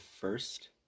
first